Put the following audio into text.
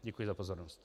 Děkuji za pozornost.